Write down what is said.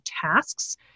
tasks